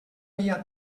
via